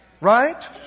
Right